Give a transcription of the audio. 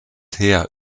heer